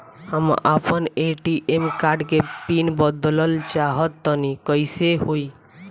हम आपन ATM card के पीन बदलल चाहऽ तनि कइसे होई?